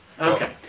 Okay